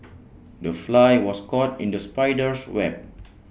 the fly was caught in the spider's web